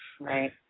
Right